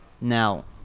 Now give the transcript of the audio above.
Now